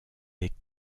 des